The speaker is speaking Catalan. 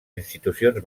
institucions